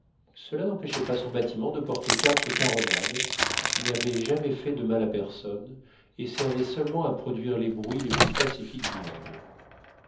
cela n'empêchait pas son bâtiment de porter quatre caronades qui n'avaient jamais fait de mal à personne et servaient seulement à produire les bruits les plus pacifiques du monde